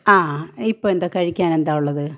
ആ ഇപ്പം എന്താണ് കഴിക്കാനെന്താ ഉള്ളത്